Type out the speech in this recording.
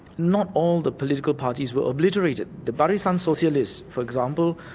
not all the political parties were obliterated. the barisan socialists, for example,